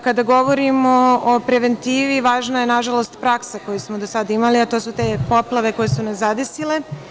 Kada govorimo preventivi, važna je, nažalost, praksa koju smo do sada imali, a to su te poplave koje su nas zadesile.